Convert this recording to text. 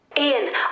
Ian